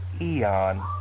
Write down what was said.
Eon